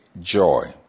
joy